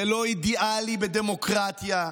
זה לא אידיאלי בדמוקרטיה.